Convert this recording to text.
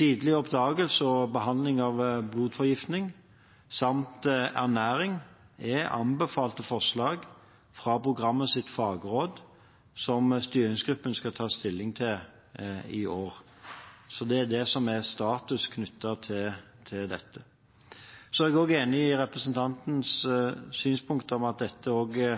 Tidlig oppdagelse og behandling av blodforgiftning samt ernæring er anbefalte forslag fra programmets fagråd, som styringsgruppen skal ta stilling til i år. Så det er det som er status knyttet til dette. Jeg er enig i representantens synspunkt om at dette også